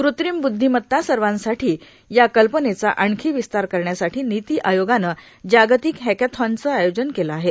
कृत्रिम ब्द्धीमत्ता सर्वांसाठी या कल्पनेचा आणखी विस्तार करण्यासाठी नीती आयोगाने जागतिक हॅकेथॉनचे आयोजन केले आहे